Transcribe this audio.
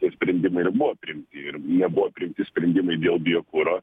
tie sprendimai ir buvo priimti ir jie buvo priimti sprendimai dėl biokuro